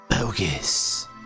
bogus